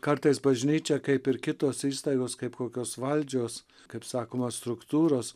kartais bažnyčia kaip ir kitos įstaigos kaip kokios valdžios kaip sakoma struktūros